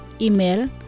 Email